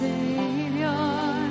Savior